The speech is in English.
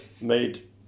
made